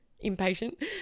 impatient